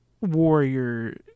Warrior